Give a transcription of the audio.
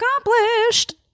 accomplished